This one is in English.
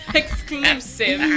exclusive